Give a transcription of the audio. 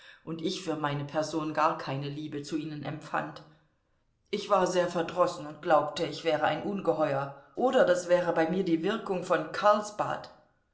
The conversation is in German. und ich für meine person gar keine liebe zu ihnen empfand ich war sehr verdrossen und glaubte ich wäre ein ungeheuer oder das wäre bei mir die wirkung von karlsbad